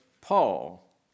Paul